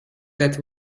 that